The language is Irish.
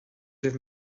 raibh